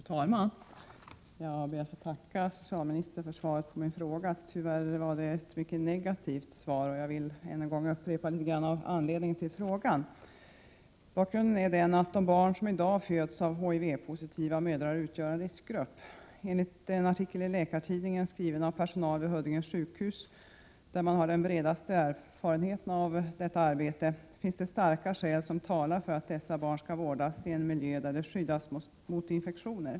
Fru talman! Jag ber att få tacka socialministern för svaret på frågan. Tyvärr var det ett mycket negativt svar. Jag vill än en gång upprepa anledningen till att jag har ställt frågan. Bakgrunden är att de barn som i dag föds av HIV-positiva mödrar utgör en riskgrupp. Enligt en artikel i Läkartidningen, skriven av personal vid Huddinge sjukhus, där man har den bredaste erfarenheten av detta arbete, Prot. 1987/88:124 finns det starka skäl som talar för att dessa barn skall vårdas i en miljö där de 20 maj 1988 skyddas mot infektioner.